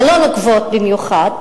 הלא-נוקבות במיוחד,